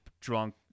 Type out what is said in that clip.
Drunk